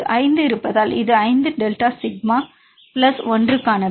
5 இருப்பதால் இது 5 delta sigma i plus 1 க்கானது